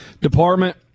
department